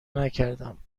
نکردم